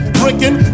drinking